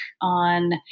on